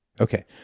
okay